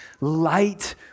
light